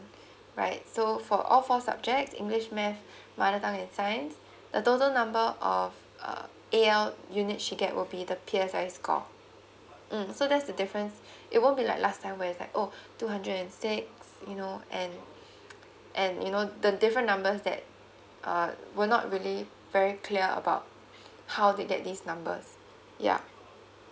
right so for all four subject english math mother tongue and science the total number of uh A_L unit she get will be the P_S_L_E score mm so that's the difference it won't be like last time where is like oh two hundred and six you know and and you know the different numbers that uh will not really very clear about how they get these numbers ya